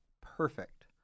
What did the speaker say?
perfect